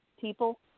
people